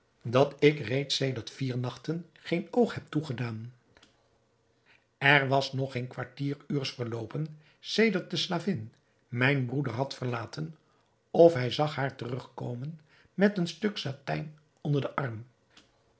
dat ik reeds sedert vier nachten geen oog heb toegedaan er was nog geen kwartier uurs verloopen sedert de slavin mijn broeder had verlaten of hij zag haar terugkomen met een stuk satijn onder den arm